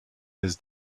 his